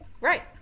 Right